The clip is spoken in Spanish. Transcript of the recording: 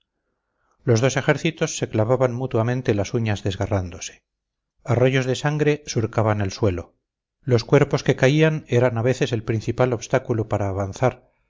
los dos ejércitos se clavaban mutuamente las uñas desgarrándose arroyos de sangre surcaban el suelo los cuerpos que caían eran a veces el principal obstáculo para avanzar